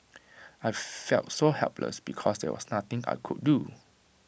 I felt so helpless because there was nothing I could do